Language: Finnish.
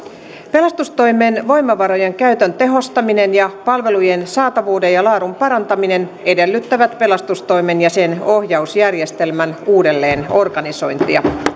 pelastustoimen voimavarojen käytön tehostaminen sekä palvelujen saatavuuden ja laadun parantaminen edellyttävät pelastustoimen ja sen ohjausjärjestelmän uudelleenorganisointia